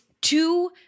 two